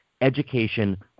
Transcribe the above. education